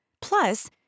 Plus